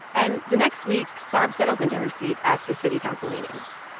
and the next week, barb settles into her seat at the city council meeting.